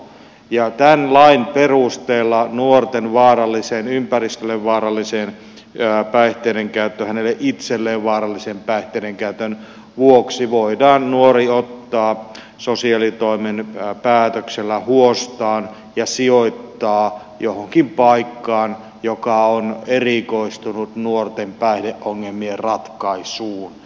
tämän lain perusteella nuoren ympäristölle vaarallisen päihteiden käytön hänelle itselleen vaarallisen päihteiden käytön vuoksi voidaan nuori ottaa sosiaalitoimen päätöksellä huostaan ja sijoittaa johonkin paikkaan joka on erikoistunut nuorten päihdeongelmien ratkaisuun